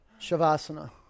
Shavasana